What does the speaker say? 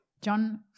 John